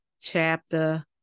chapter